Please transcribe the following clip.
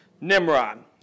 Nimrod